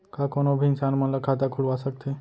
का कोनो भी इंसान मन ला खाता खुलवा सकथे?